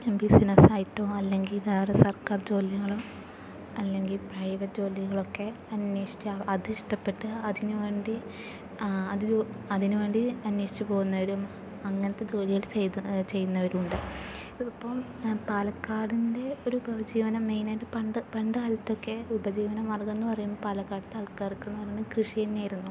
ബിസ്സിനസ്സായിട്ടും അല്ലെങ്കിൽ വേറെ സർക്കാർ ജോലികളും അല്ലെങ്കിൽ പ്രൈവറ്റ് ജോലികളൊക്കെ അന്വേഷിച്ച് അത് ഇഷ്ടപ്പെട്ട് അതിനു വേണ്ടി അതിനു വേണ്ടി അന്വേഷിച്ചു പോകുന്നവരും അങ്ങനത്തെ ജോലികൾ ചെയ്ത് ചെയ്യുന്നവരും ഉണ്ട് ഇപ്പോൾ പാലക്കാടിൻ്റെ ഒരു ഉപജീവനം മെയിൻ ആയിട്ട് പണ്ട് പണ്ട് കാലത്തൊക്കെ ഉപജീവനമാർഗ്ഗം എന്ന് പറയുമ്പോൾ പാലക്കാടിലത്തെ ആൾക്കാർക്കെന്നു പറയണത് കൃഷിതന്നെയായിരുന്നു